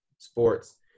sports